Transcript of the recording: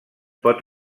pot